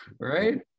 right